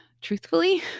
truthfully